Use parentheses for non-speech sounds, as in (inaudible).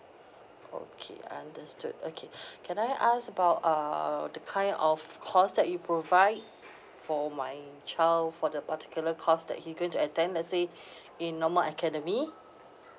okay understood okay (breath) can I ask about uh the kind of course that you provide for my child for the particular course that he going to attend let's say (breath) in normal academy